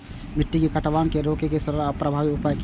मिट्टी के कटाव के रोके के सरल आर प्रभावी उपाय की?